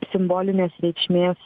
simbolinės reikšmės